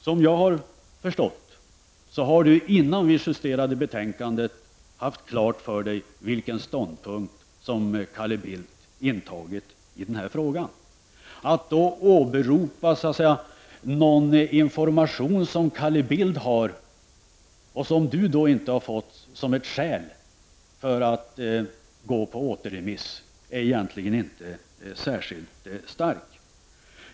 Såvitt jag förstår har Anders Björck, innan vi justerade betänkandet, haft klart för sig vilken ståndpunkt Carl Bildt intagit i frågan. Att åberopa en information som Carl Bildt har fått, men som Anders Björck inte har fått, som skäl för återremiss är inte ett särskilt starkt skäl.